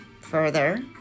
further